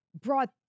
brought